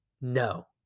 No